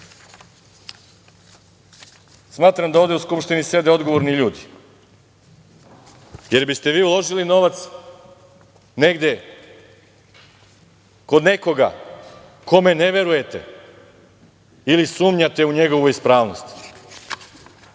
Smatram da ovde u Skupštini sede odgovorni ljudi, jer biste vi uložili novac negde kod nekoga kome ne verujete ili sumnjate u njegovu ispravnost.